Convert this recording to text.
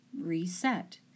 Reset